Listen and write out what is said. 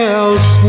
else